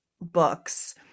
books